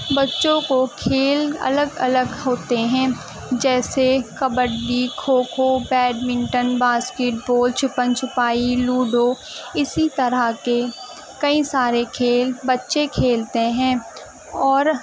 بچوں کو کھیل الگ الگ ہوتے ہیں جیسے kabaddi kho kho badminton basketball چھپن چھپائی لوڈو اسی طرح کے کئی سارے کھیل بچے کھیلتے ہیں اور